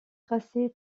tracé